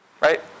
Right